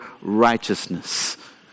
righteousness